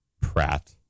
Pratt